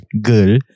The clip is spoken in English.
girl